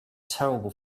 terrible